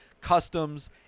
customs